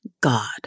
God